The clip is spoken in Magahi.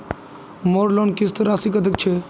मोर लोन किस्त राशि कतेक छे?